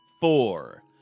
four